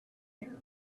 here